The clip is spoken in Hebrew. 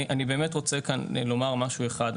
אני באמת רוצה לומר משהו אחד.